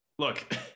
Look